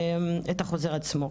את החוזר עצמו.